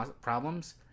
problems